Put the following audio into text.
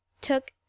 took